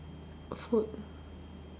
food